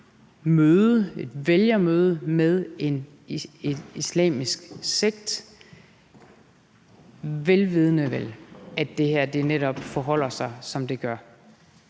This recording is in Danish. et vælgermøde med en islamisk sekt, vel vidende at det her netop forholder sig, som det gør.